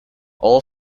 all